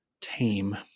tame